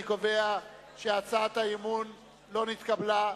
אני קובע שהצעת האי-אמון לא נתקבלה.